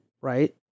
Right